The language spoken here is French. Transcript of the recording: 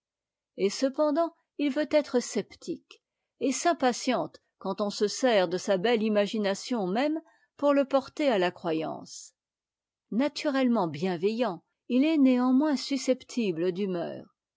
et cependant il veut être scepti que et s'impatiente quand on se sert de sa belle imagination même pour le porter à la croyance naturettement bienveillant il est néanmoins susceptible d'humeur